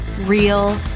real